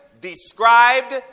described